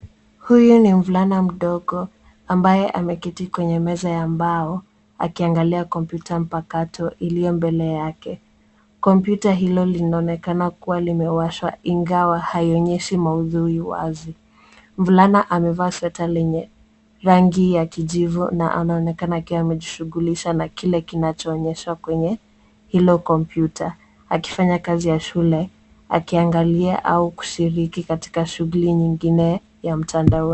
Huyu ni mvulana mdogo ambaye ameketi kwenye meza ya mbao akiangalia kompyuta mpakato iliyo mbele yake. Kompyuta hiyo inaonekana kuwa limewashwa ingawa haionyeshi maudhui wazi. Mvulana amevaa sweta lenye rangi ya kijivu na anaonekana akiwa amejishugulisha na kile kinachoonyeshwa kwenye hilo kompyuta akifanya kazi ya shule akiangalia au kushiriki katika shuguli nyingine ya mtandao.